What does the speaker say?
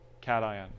cation